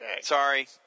Sorry